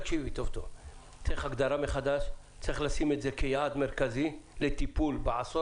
צריך לשים את זה כיעד מרכזי לטיפול בעשור